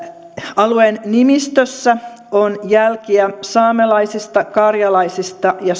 alueen nimistössä on jälkiä saamelaisista karjalaisista ja